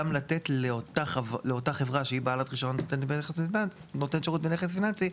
גם לתת לאותה חברה שהיא בעלת רישיון נותנת שירות בנכס פיננסי,